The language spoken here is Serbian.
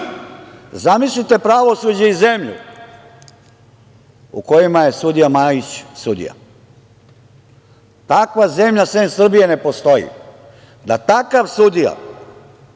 Zamislite pravosuđe i zemlju u kojima je sudija Majić sudija? Takva zemlja, sem Srbije, ne postoji. Da li takav sudija